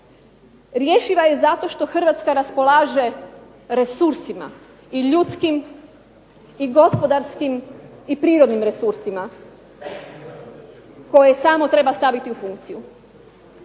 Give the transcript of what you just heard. Rješiva je zato što Hrvatska raspolaže resursima i ljudskim i gospodarskim i prirodnim resursima koje samo treba staviti u funkciju.